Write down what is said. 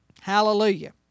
Hallelujah